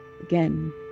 Again